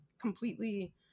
completely